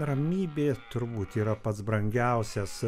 ramybė turbūt yra pats brangiausias